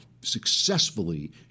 successfully